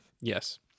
Yes